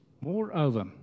Moreover